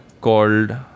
called